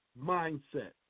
mindset